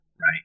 Right